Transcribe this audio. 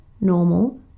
normal